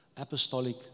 Apostolic